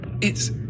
It's